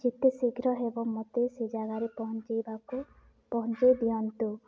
ଯେତେ ଶୀଘ୍ର ହେବ ମୋତେ ସେ ଜାଗାରେ ପହଁଞ୍ଚେଇବାକୁ ପହଁଞ୍ଚେଇ ଦିଅନ୍ତୁ